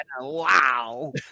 Wow